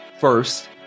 First